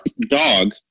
dog